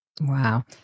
Wow